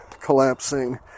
collapsing